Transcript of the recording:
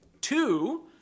Two